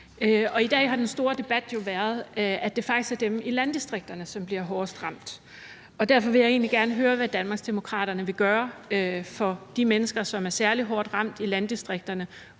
i dag har den store debat jo handlet om, at det faktisk er dem i landdistrikterne, som bliver hårdest ramt, og derfor vil jeg egentlig gerne høre, hvad Danmarksdemokraterne vil gøre for de mennesker, som er særlig hårdt ramt i landdistrikterne,